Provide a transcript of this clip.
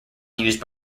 used